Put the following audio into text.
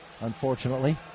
Unfortunately